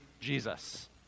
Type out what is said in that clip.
Jesus